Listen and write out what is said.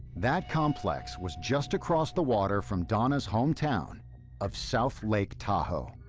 that complex was just across the water from donna's hometown of south lake tahoe.